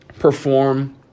perform